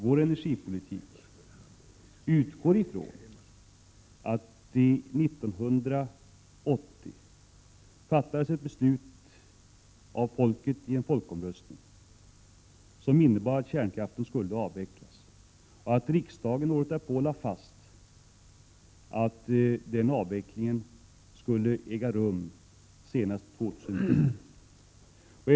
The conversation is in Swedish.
Vår energipolitik utgår ifrån att det 1980 av folket i en folkomröstning fattades ett beslut, som innebar att kärnkraften skulle avvecklas, och att riksdagen året därpå lade fast att den avvecklingen skulle äga rum senast år 2010.